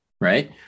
right